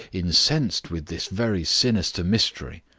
incensed with this very sinister mystery,